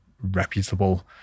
reputable